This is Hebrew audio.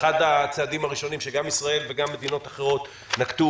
אחד הצעדים הראשונים שגם ישראל וגם מדינות אחרות נקטו